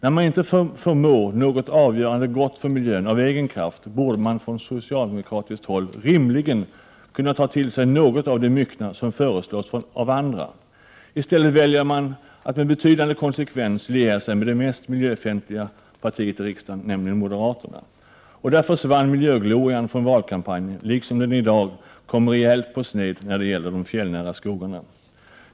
När man inte förmår något avgörande gott för miljön av egen kraft borde man från socialdemokratiskt håll rimligen kunna ta till sig något av det myckna som föreslås av andra. I stället väljer man att med betydande konsekvens liera sig med det mest miljöfientliga partiet i riksdagen, nämligen moderaterna. Där försvann miljöglorian från valkampanjen liksom den i dag kom rejält på sned när det gäller de fjällnära skogarna.